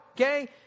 Okay